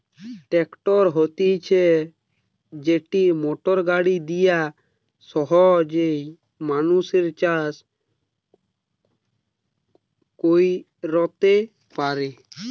tractor হতিছে যেটি motor গাড়ি দিয়া সহজে মানুষ চাষ কইরতে পারে